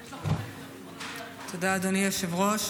תודה, אדוני היושב-ראש.